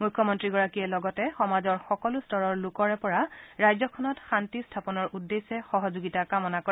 মুখ্যমন্ত্ৰীগৰাকীয়ে লগতে সমাজৰ সকলো স্তৰৰ লোকৰ পৰা ৰাজ্যখনত শান্তি স্থাপনৰ উদ্দেশ্যে সহযোগিতা কামনা কৰে